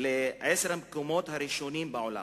לעשרת המקומות הראשונים בעולם.